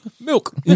Milk